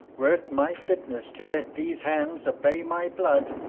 were't my fitness to let these hands obey my blood,